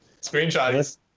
Screenshots